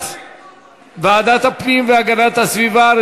אנחנו ממשיכים בסדר-היום: הודעת ועדת הפנים והגנת הסביבה על